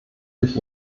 durch